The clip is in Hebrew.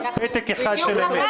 אז אני,